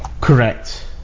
Correct